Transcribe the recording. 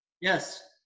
Yes